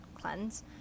cleanse